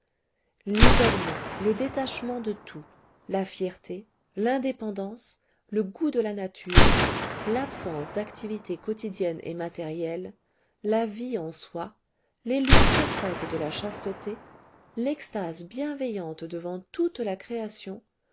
l'isolement le détachement de tout la fierté l'indépendance le goût de la nature l'absence d'activité quotidienne et matérielle la vie en soi les luttes secrètes de la chasteté l'extase bienveillante devant toute la création